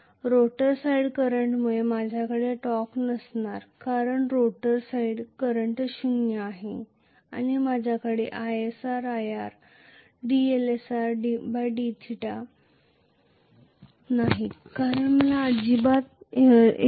rotor side करंटमुळे माझ्याकडे torque नसणार कारण रोटर साइड करंट शून्य आहे आणि माझ्याकडे isir dLsrdθ नाहीत कारण मला अजिबात इअर येत नाही